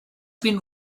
been